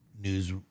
news